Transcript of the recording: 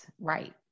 right